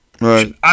Right